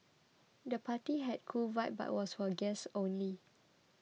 the party had a cool vibe but was for guests only